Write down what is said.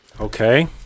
Okay